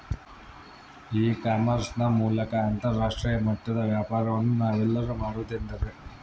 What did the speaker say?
E commerce ನ ಮೂಲಕ ಅಂತರಾಷ್ಟ್ರೇಯ ಮಟ್ಟದ ವ್ಯಾಪಾರವನ್ನು ನಾವೆಲ್ಲರೂ ಮಾಡುವುದೆಂದರೆ?